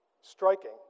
Striking